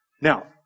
Now